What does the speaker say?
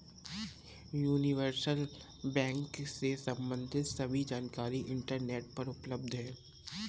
universal bank से सम्बंधित सभी जानकारी इंटरनेट पर उपलब्ध है